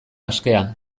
askea